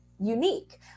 unique